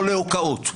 לא להוקעות.